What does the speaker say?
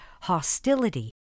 hostility